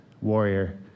warrior